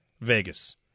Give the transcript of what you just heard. Vegas